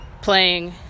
playing